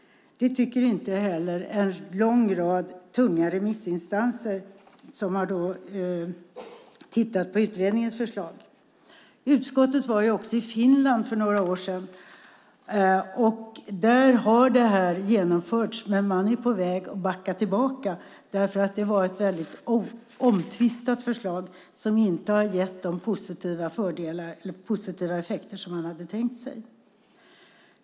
Det tycker inte heller en lång rad tunga remissinstanser som har tittat på utredningens förslag. Utskottet var också i Finland för några år sedan. Där har detta genomförts, men man är på väg att backa tillbaka därför att det var ett omtvistat förslag som inte har gett de positiva effekter som man hade tänkt sig.